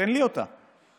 תן אותה לי.